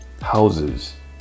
houses